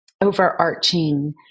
overarching